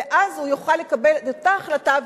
ואז הוא יוכל לקבל את אותה החלטה,